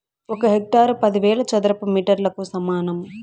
ఒక హెక్టారు పదివేల చదరపు మీటర్లకు సమానం